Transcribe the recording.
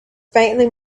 faintly